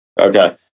Okay